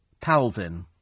Palvin